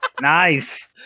Nice